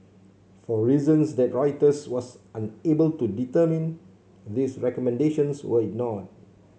for reasons that Reuters was unable to determine these recommendations were ignored